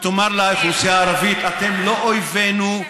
ותאמר לאוכלוסייה הערבית: אתם לא אויבינו,